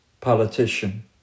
politician